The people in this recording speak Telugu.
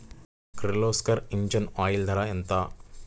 కిర్లోస్కర్ ఇంజిన్ ఆయిల్ ధర ఎంత?